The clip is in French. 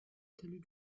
talus